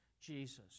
Jesus